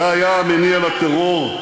זה היה המניע לטרור,